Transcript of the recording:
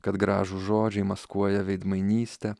kad gražūs žodžiai maskuoja veidmainystę